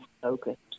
focused